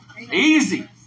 Easy